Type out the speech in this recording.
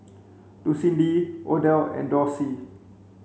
Lucindy Odell and Dorsey